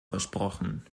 versprochen